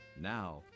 Now